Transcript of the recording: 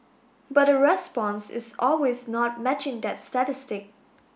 but the response is always not matching that statistic